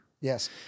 Yes